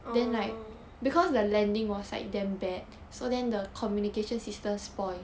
orh